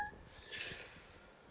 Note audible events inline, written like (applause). (laughs)